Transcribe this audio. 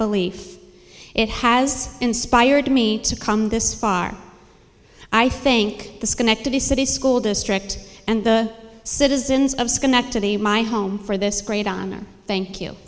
belief it has inspired me to come this far i think the schenectady city school district and the citizens of schenectady my home for this great honor thank you